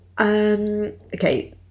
Okay